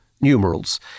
numerals